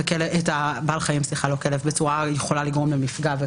בעל החיים בצורה שיכולה לגרום למפגע.